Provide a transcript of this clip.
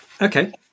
Okay